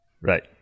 Right